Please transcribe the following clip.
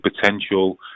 potential